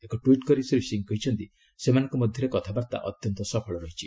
ଏକ ଟ୍ୱିଟ୍ କରି ଶ୍ରୀ ସିଂହ କହିଛନ୍ତି ସେମାନଙ୍କ ମଧ୍ୟରେ କଥାବାର୍ତ୍ତା ଅତ୍ୟନ୍ତ ସଫଳ ରହିଛି